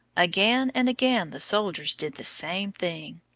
again and again the soldiers did the same thing.